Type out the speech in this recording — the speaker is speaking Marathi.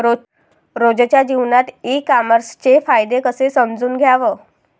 रोजच्या जीवनात ई कामर्सचे फायदे कसे समजून घ्याव?